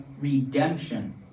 redemption